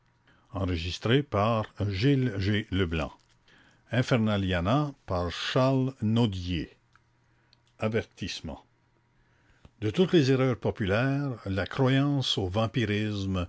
avertissement de toutes les erreurs populaires la croyance au vampirisme